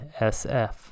SF